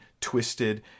twisted